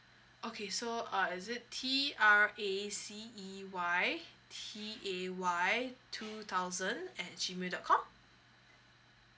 okay so uh is it T R A C E Y T A Y two thousand at G mail dot com